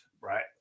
right